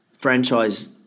franchise